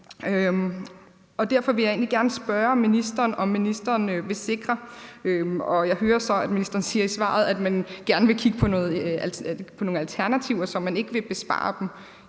Derfor vil jeg egentlig gerne spørge ministeren, om ministeren vil sikre – og jeg hører så, at ministeren i svaret siger, at man gerne vil kigge på nogle alternativer, så man måske ikke vil spare på